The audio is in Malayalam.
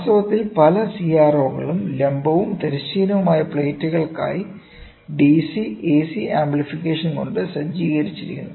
വാസ്തവത്തിൽ പല CRO കളും ലംബവും തിരശ്ചീനവുമായ പ്ലേറ്റുകൾക്കായി DC AC ആംപ്ലിഫിക്കേഷൻ കൊണ്ട് സജ്ജീകരിച്ചിരിക്കുന്നു